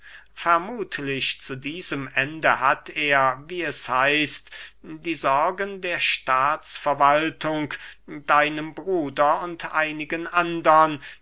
vermuthlich zu diesem ende hat er wie es heißt die sorgen der staatsverwaltung deinem bruder und einigen andern